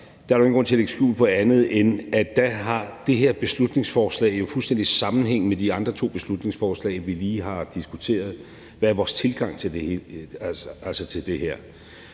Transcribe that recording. er der jo ingen grund til at lægge skjul på, at det her beslutningsforslag jo er fuldstændig sammenhængende med de andre to beslutningsforslag, vi lige har diskuteret, og hvor vi har diskuteret,